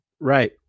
Right